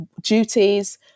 duties